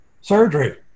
surgery